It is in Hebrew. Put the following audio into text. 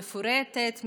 מפורטת,